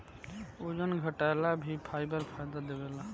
ओजन घटाएला भी फाइबर फायदा देवेला